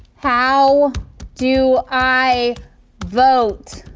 how do i vote?